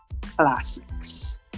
classics